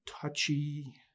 touchy